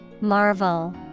Marvel